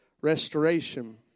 Restoration